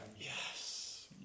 Yes